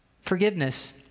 Forgiveness